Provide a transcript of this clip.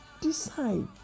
decide